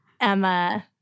Emma